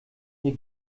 hier